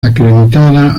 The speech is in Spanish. acreditada